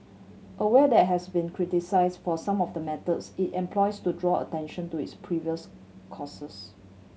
aware there has been criticised for some of the methods it employs to draw attention to its previous causes